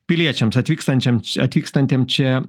piliečiams atvykstančiam atvykstantiem čia